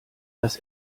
dass